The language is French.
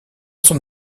son